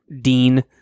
Dean